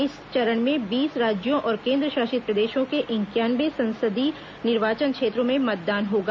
इस चरण में बीस राज्यों और केंद्रशासित प्रदेशों के इंक्यानवे संसदीय निर्वाचन क्षेत्रों में मतदान होगा